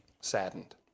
saddened